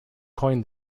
coined